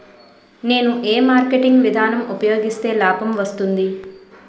నేను ఏ మార్కెటింగ్ విధానం ఉపయోగిస్తే లాభం వస్తుంది?